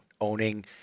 owning